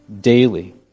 daily